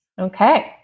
Okay